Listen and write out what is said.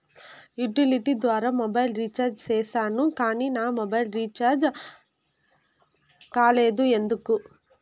Utility ద్వారా mobile recharge సేసాను కానీ నా మొబైల్ రీచార్జి కాలేదు ఎందుకు?